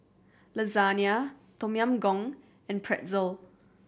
Lasagne Tom Yam Goong and Pretzel